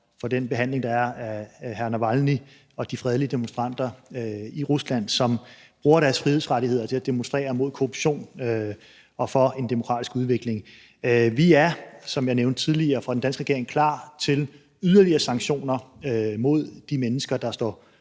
fra den behandling, der er, af hr. Navalnyj og de fredelige demonstranter i Rusland, som bruger deres frihedsrettigheder til at demonstrere mod korruption og for en demokratisk udvikling. Vi er, som jeg nævnte tidligere, fra den danske regerings side klar til yderligere sanktioner mod de mennesker, der står